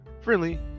friendly